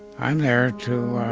i'm there to